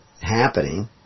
happening